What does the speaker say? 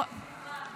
שלא תהיה חובה, מירב.